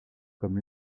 comme